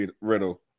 Riddle